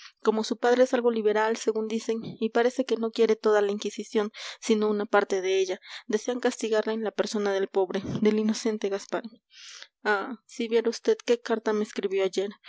como su padre es algo liberal según dicen y parece que no quiere toda la inquisición sino una parte de ella desean castigarle en la persona del pobre del inocente gaspar ah si viera vd qué carta me escribió ayer